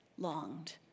Longed